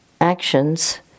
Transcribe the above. actions